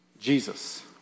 Jesus